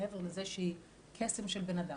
מעבר לזה שהיא קסם של בן אדם.